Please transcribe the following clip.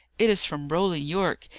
it is from roland yorke.